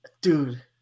dude